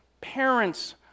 Parents